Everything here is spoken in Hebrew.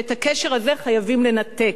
ואת הקשר הזה חייבים לנתק,